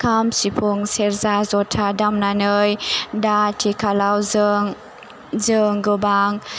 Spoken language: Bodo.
खाम सिफुं सेरजा ज'था दामनानै दा आथिखालाव जों जों गोबां